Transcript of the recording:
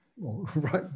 right